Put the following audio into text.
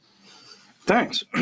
Thanks